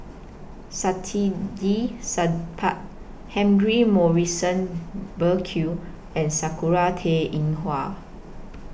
Saktiandi Supaat Humphrey Morrison Burkill and Sakura Teng Ying Hua